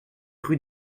rue